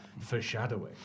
Foreshadowing